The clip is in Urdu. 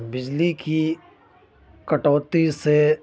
بجلی کی کٹوتی سے